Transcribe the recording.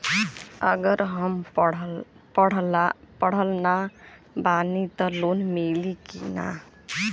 अगर हम पढ़ल ना बानी त लोन मिली कि ना?